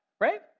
right